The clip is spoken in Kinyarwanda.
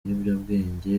ibiyobyabwenge